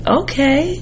okay